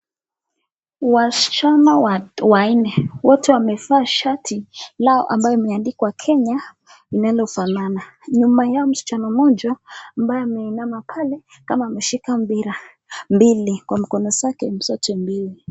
Wasichana watu wanne wote wamefaa shati lao ambaye imeandikwa Kenya inayofanana, nyuma Yao msichana moja as mbaye ameinama pale kama ameshika mpira mbili kwa mikono zake zote mbili.